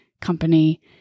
company